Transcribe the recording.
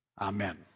Amen